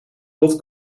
dot